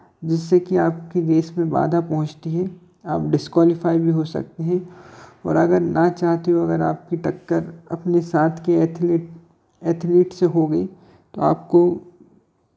जिससे की आपके रेस में बाधा पहुँचती है आप डिसक्वालीफाई भी हो सकते हैं और अगर ना चाहते हुए अगर आपकी टक्कर अपने साथ के एथिलिट एथिलिट से हो गई तो आपको